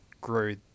grew